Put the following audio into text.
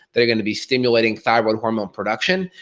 they're gonna be stimulating thyroid hormone production,